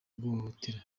guhohotera